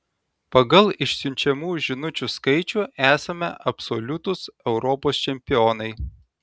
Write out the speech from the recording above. pagal išsiunčiamų žinučių skaičių esame absoliutūs europos čempionai